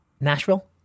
nashville